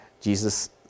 Jesus